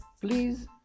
please